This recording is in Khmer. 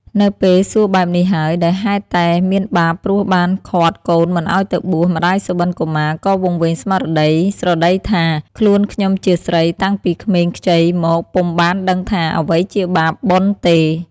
នៅពេលសួរបែបនេះហើយ ដោយហេតុតែមានបាបព្រោះបានឃាត់កូនមិនឲ្យទៅបួស ម្តាយសុបិនកុមារ ក៏វង្វេងស្មារតី ស្រដីថា ខ្លួនខ្ញុំជាស្រី តាំងពីក្មេងខ្ចីមកពុំបានដឹងថា អ្វីជាបាប បុណ្យទេ។